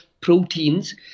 proteins